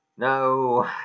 No